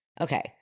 Okay